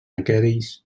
aquells